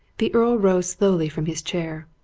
the earl rose slowly from his chair.